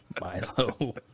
Milo